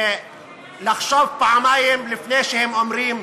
לחשוב פעמיים לפני שהם אומרים: